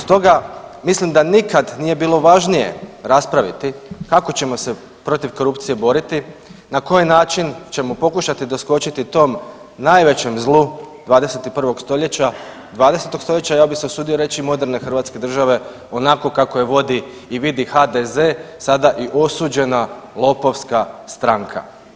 Stoga mislim da nikad nije bilo važnije raspraviti kako ćemo se protiv korupcije boriti, na koji način ćemo pokušati doskočiti tom najvećem zlu 21. stoljeća, 20. stoljeća ja bih se usudio reći moderne Hrvatske države onako kako je vodi i vidi HDZ sada i osuđena lopovska stranka.